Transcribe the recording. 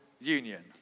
union